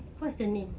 what's the name